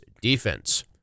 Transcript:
defense